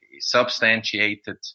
substantiated